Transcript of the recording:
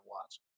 watch